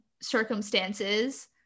circumstances